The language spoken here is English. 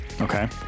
Okay